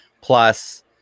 Plus